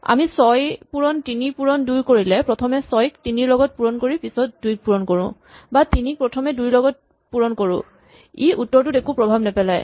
আমি ৬ পূৰণ ৩ পূৰণ ২ কৰিলে প্ৰথমে ৬ ক ৩ ৰ লগত পূৰণ কৰি পিছত ২ ক পূৰণ কৰো বা ৩ ক প্ৰথমে ২ ৰ লগত পূৰণ কৰো ই উত্তৰটোত একো প্ৰভাৱ নেপেলায়